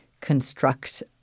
construct